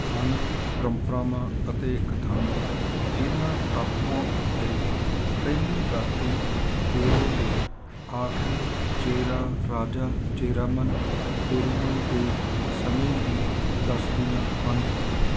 ਸਥਾਨਕ ਪਰੰਪਰਾਵਾਂ ਅਤੇ ਕਥਾਵਾਂ ਇਨ੍ਹਾਂ ਟਾਪੂਆਂ ਉੱਤੇ ਪਹਿਲੀ ਬਸਤੀ ਕੇਰਲ ਦੇ ਆਖਰੀ ਚੇਰਾ ਰਾਜਾ ਚੇਰਾਮਨ ਪੇਰੂਮਲ ਦੇ ਸਮੇਂ ਦੀ ਦੱਸਦੀਆਂ ਹਨ